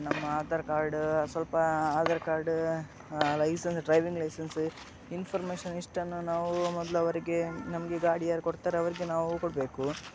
ನಮ್ಮ ಆಧಾರ್ ಕಾರ್ಡ್ ಸ್ವಲ್ಪ Aadhaar card licence driving licence information ಇಷ್ಟನ್ನು ನಾವೂ ಮೊದ್ಲು ಅವರಿಗೆ ನಮಗೆ ಗಾಡಿ ಯಾರು ಕೊಡ್ತಾರೆ ಅವರಿಗೆ ನಾವು ಕೊಡಬೇಕು